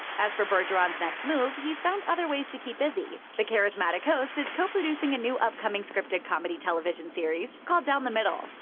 as for bergeron's next move, he's found other ways to keep busy. the charismatic host is co-producing a new upcoming scripted comedy television series called down the middle.